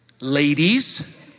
ladies